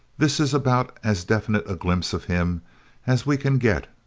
this is about as definite a glimpse of him as we can get,